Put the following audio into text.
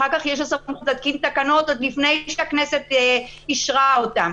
אחר כך יש לה סמכות להתקין תקנות עוד לפני שהכנסת אישרה אותן,